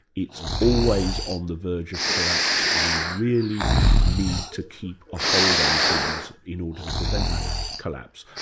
it's always on the verge of collapse, we really need to keep a hold on things in order to prevent that collapse.